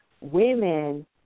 women